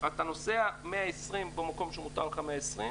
אתה נוסע 120 במקום שמותר לך 120,